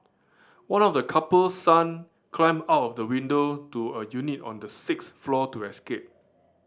one of the couple's son climbed out the window to a unit on the sixth floor to escape